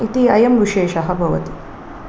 इति अयं विशेषः भवति